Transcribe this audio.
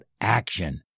action